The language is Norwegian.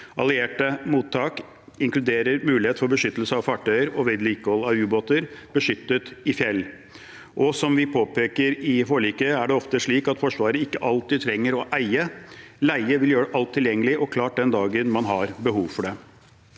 Allierte mottak inkluderer mulighet for beskyttelse av fartøyer og vedlikehold av ubåter beskyttet i fjell. Som vi påpeker i forliket, er det ofte slik at Forsvaret ikke alltid trenger å eie. Leie vil gjøre alt tilgjengelig og klart den dagen man har behov for det.